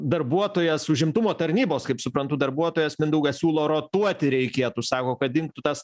darbuotojas užimtumo tarnybos kaip suprantu darbuotojas mindaugas siūlo rotuoti reikėtų sako kad dingtų tas